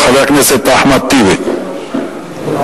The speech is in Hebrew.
חבר הכנסת אחמד טיבי, בבקשה.